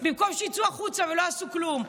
במקום שיצאו החוצה ולא יעשו כלום.